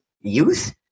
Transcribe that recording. youth